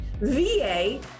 VA